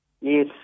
Yes